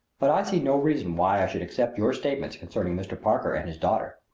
but i see no reason why i should accept your statements concerning mr. parker and his daughter.